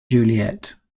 juliet